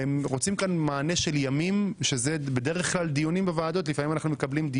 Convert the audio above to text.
רוצים כאן מענה של ימים לפעמים אנחנו מקבלים פה